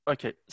Okay